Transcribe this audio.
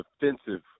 defensive